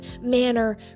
manner